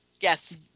yes